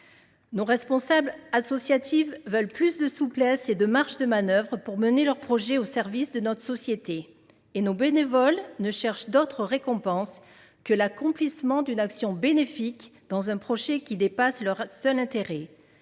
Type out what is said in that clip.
Nos responsables associatifs veulent plus de souplesse et de marges de manœuvre pour mener leurs projets au service de notre société. Et nos bénévoles ne cherchent d’autre récompense que l’accomplissement d’une action bénéfique, dans un projet qui dépasse leur seul intérêt.